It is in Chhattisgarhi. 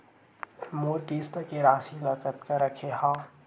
मोर किस्त के राशि ल कतका रखे हाव?